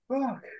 Fuck